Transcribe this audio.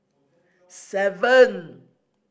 seven